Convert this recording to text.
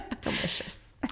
Delicious